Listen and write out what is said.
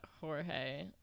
Jorge